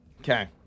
Okay